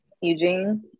Eugene